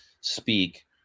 speak